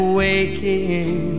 waking